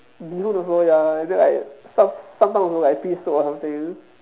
bee hoon also ya then like some~ sometimes also like fish soup or something